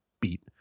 beat